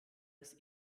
als